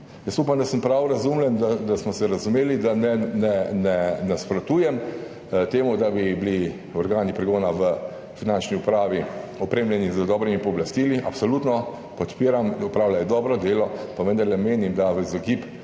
Jaz upam, da sem prav razumljen, da smo se razumeli, da ne nasprotujem temu, da bi bili organi pregona v Finančni upravi opremljeni z dobrimi pooblastili. Absolutno podpiram, opravljajo dobro delo, pa vendarle menim, da v izogib